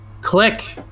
Click